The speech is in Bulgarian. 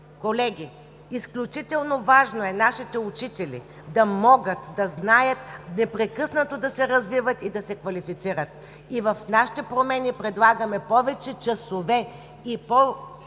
Колеги, изключително важно е нашите учители да могат, да знаят, непрекъснато да се развиват и да се квалифицират. В нашите промени предлагаме повече часове и по-гъвкави